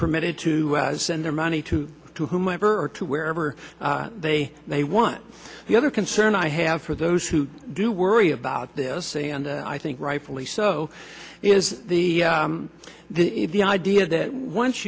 permitted to send their money to to whomever or to wherever they may want the other concern i have for those who do worry about this and i think rightfully so is the the idea that once